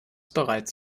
bereits